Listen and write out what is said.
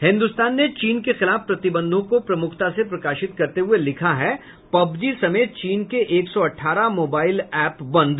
हिन्दुस्तान ने चीन के खिलाफ प्रतिबंधों को प्रमुखता से प्रकाशित करते हुए लिखा है पबजी समेत चीन के एक सौ अठारह मोबाइल एप्प बंद